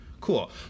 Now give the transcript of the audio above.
Cool